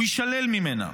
הוא יישלל ממנה.